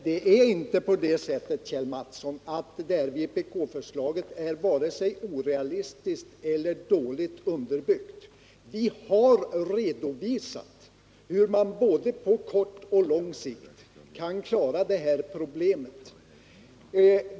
Det är inte så, Kjell Mattsson, att vpk-förslaget är vare sig orealistiskt eller dåligt. Vi har redovisat hur man på både kort och lång sikt kan klara problemet.